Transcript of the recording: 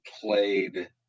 played